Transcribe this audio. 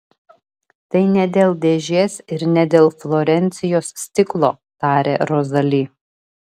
tai ne dėl dėžės ir ne dėl florencijos stiklo tarė rozali